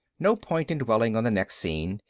no point in dwelling on the next scene.